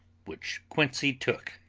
which quincey took.